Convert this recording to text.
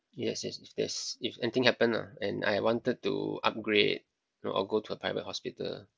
yes yes if there's if anything happen lah and I wanted to upgrade or go to a private hospital